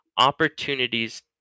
opportunities